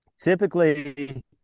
Typically